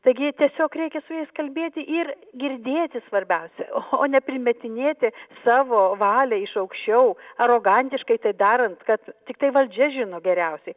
taigi tiesiog reikia su jais kalbėti ir girdėti svarbiausia o neprimetinėti savo valią iš aukščiau arogantiškai tai darant kad tiktai valdžia žino geriausiai